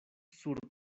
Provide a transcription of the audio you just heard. sur